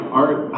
art